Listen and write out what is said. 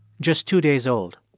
just two days old.